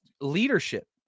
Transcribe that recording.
leadership